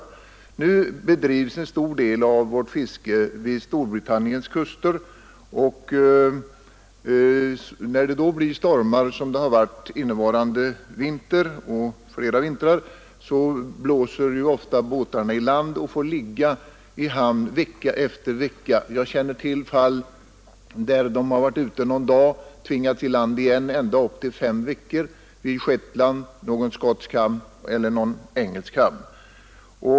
En stor del av vårt fiske bedrivs vid Storbritanniens kuster, och när det då blir stormar så som innevarande vinter och flera tidigare vintrar ”blåser” båtarna ofta i land och får ligga i hamn vecka efter vecka. Jag känner till fall där de varit ute någon dag, tvingats i land igen för en tid av ända upp till fem veckor vid Shetland eller i någon skotsk eller engelsk hamn.